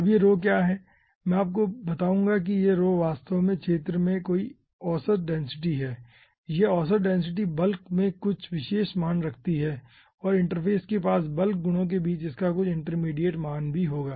अब यह रो क्या है मैं आपको बताऊंगा कि यह रो वास्तव में क्षेत्र में कोई औसत डेंसिटी है और यह औसत डेंसिटी बल्क में कुछ विशेष मान रखती है और इंटरफ़ेस के पास बल्क गुणों के बीच इसका कुछ इंटरमीडिएट मान होगा